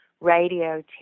radio